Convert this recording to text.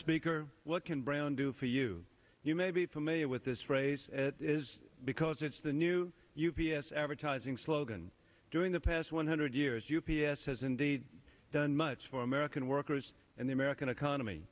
speaker what can brown do for you you may be familiar with this race as it is because it's the new u p s advertising slogan during the past one hundred years u p s has indeed done much for american workers and the american economy